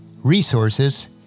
resources